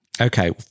Okay